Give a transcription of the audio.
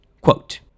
Quote